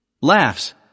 Laughs